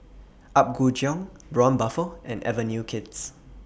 Apgujeong Braun Buffel and Avenue Kids